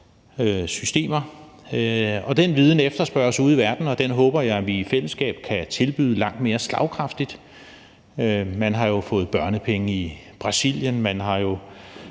velfærdssystemer. Den viden efterspørges ude i verden, og den håber jeg vi i fællesskab kan tilbyde langt mere slagkraftigt. Man har fået børnepenge i Brasilien, man har nu